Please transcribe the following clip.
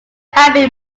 happy